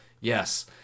Yes